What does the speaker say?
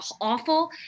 awful